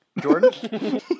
jordan